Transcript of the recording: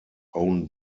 own